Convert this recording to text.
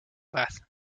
bad